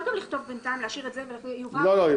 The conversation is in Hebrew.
גם בינתיים להשאיר את זה ויובהר --- לא.